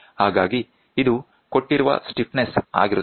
ಹಾಗಾಗಿ ಇದು ಕೊಟ್ಟಿರುವ ಸ್ಟಿಫ್ನೆಸ್ ಆಗಿರುತ್ತದೆ